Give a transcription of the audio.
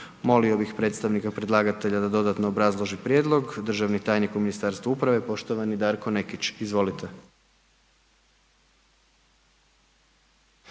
Molio bih predstavnika predlagatelja da dodatno obrazloži prijedlog. Državni tajnik u Ministarstvu uprave, poštovani Darko Nekić. Izvolite.